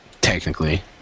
technically